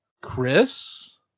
Chris